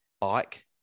bike